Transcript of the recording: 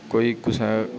कोई कुसै